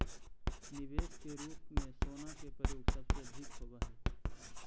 निवेश के रूप में सोना के प्रयोग सबसे अधिक होवऽ हई